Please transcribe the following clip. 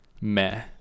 meh